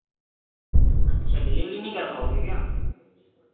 अच्छा डिलीवरी नहीं कर पाओगे क्या